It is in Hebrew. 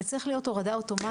זה צריך להיות הורדה אוטומטית.